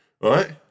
right